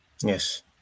Yes